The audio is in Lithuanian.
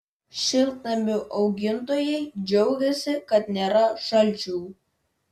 šiltnamių augintojai džiaugiasi kad nėra šalčių